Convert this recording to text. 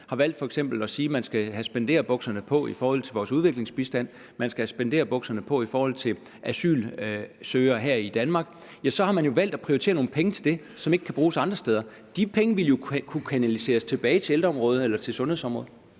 har valgt at sige, at man skal have spenderbukserne på i forhold til vores udviklingsbistand, man skal have spenderbukserne på i forhold til asylsøgere her i Danmark, så har man jo valgt at prioritere nogle penge til det, som ikke kan bruges andre steder. De penge ville jo kunne kanaliseres tilbage til ældreområdet eller til sundhedsområdet.